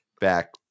back